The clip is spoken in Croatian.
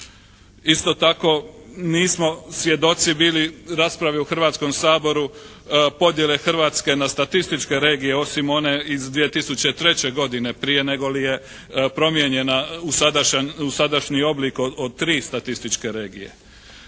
Isto tako mi smo svjedoci bili raspravi u Hrvatskom saboru podjele Hrvatske na statističke regije osim one iz 2003. godine prije negoli je promijenjena u sadašnji oblik od tri statističke regije.